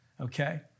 okay